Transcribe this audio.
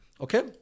okay